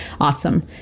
awesome